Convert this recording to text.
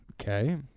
Okay